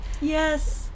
yes